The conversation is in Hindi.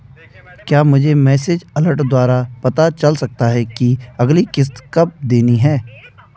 क्या मुझे मैसेज अलर्ट द्वारा पता चल सकता कि अगली किश्त कब देनी है?